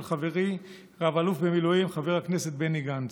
חברי רא"ל במילואים חבר הכנסת בני גנץ.